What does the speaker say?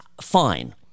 fine